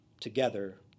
together